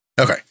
Okay